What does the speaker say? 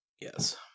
yes